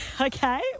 Okay